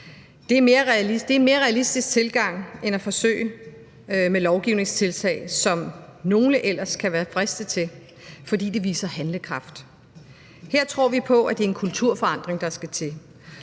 Det er en mere realistisk tilgang end at forsøge med lovgivningstiltag, som nogle ellers kan være fristet til, fordi det viser handlekraft. Her tror vi på, at det er en kulturforandring, der skal til.